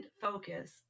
focus